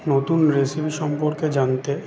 নতুন মেশিন সম্পর্কে জানতে